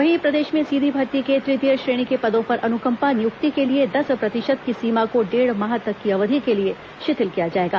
वहीं प्रदेश में सीधी भर्ती के तृतीय श्रेणी के पदों पर अनुकम्पा नियुक्ति के लिए दस प्रतिशत की सीमा को डेढ़ माह तक की अवधि के लिए शिथिल किया जाएगा